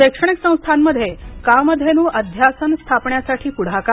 शैक्षणिक सस्थांमध्ये कामधेनु अध्यासन स्थापण्यासाठी पुढाकार